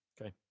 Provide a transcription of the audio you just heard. Okay